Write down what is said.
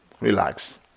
relax